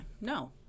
No